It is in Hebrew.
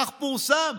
כך פורסם,